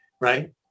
right